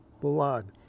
blood